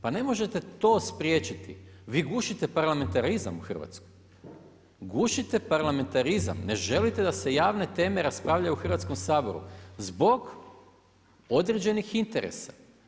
Pa ne možete to spriječiti, vi gušite parlamentarizam u Hrvatskoj, gušite parlamentarizam, ne želite da se javne teme raspravljaju u Hrvatskom saboru, zbog određenih interesa.